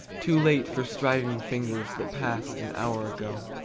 too late for striving fingers that passed, an hour ago.